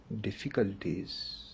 difficulties